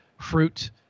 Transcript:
fruit